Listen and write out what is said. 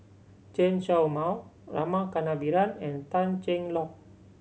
Chen Show Mao Rama Kannabiran and Tan Cheng Lock